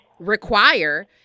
require